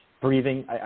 breathing